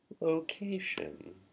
location